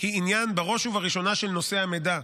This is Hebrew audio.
הן בראש ובראשונה עניין של נושא המידע.